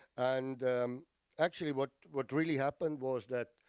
and actually what what really happened was that,